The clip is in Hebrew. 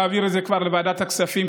להעביר את זה כבר לוועדת הכספים,